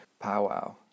powwow